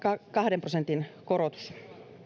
kahden prosentin korotus